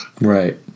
Right